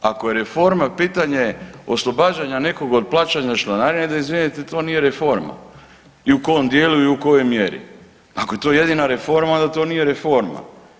Ako je reforma pitanje oslobađanje nekoga od plaćanja članarine da izvinete to nije reforma i u kom dijelu i u kojoj mjeri, ako je to jedina reforma onda to nije reforma.